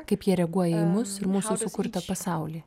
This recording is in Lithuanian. kaip jie reaguoja į mus ir mūsų sukurtą pasaulį